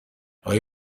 اقای